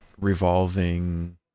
revolving